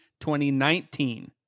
2019